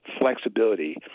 flexibility